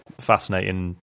fascinating